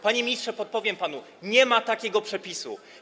Panie ministrze, podpowiem panu: nie ma takiego przepisu.